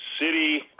city